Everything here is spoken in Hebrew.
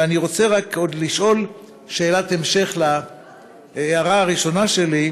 ואני רוצה רק עוד לשאול שאלת המשך להערה הראשונה שלי: